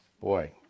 Boy